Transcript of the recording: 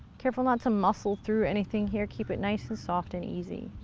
careful not to muscle through anything here. keep it nice and soft and easy.